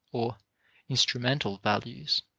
or instrumental values.